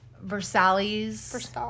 Versailles